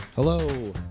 Hello